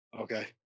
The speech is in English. Okay